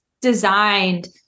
designed